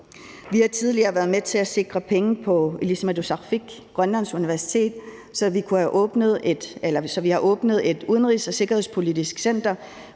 Vi har tidligere været med til at sikre penge på Ilisimatusarfik, Grønlands Universitet, så vi har åbnet et udenrigs- og sikkerhedspolitisk center